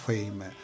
Fame